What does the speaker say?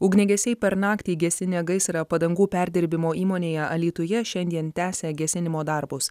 ugniagesiai per naktį gesinę gaisrą padangų perdirbimo įmonėje alytuje šiandien tęsia gesinimo darbus